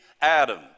Adam